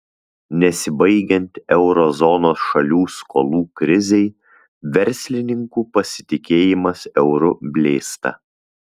nesibaigiant euro zonos šalių skolų krizei verslininkų pasitikėjimas euru blėsta